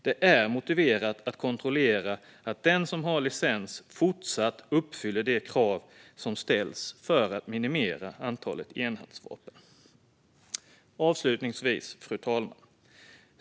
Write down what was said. Det är motiverat att kontrollera att den som har licens fortsatt uppfyller de krav som ställs för att minimera antalet enhandsvapen. Fru talman!